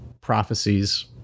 prophecies